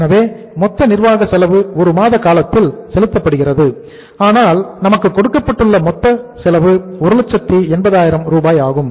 எனவே மொத்த நிர்வாக செலவு ஒரு மாத காலத்தில் செலுத்தப்படுகிறது ஆனால் நமக்கு கொடுக்கப்பட்டுள்ள மொத்த செலவு 180000 ஆகும்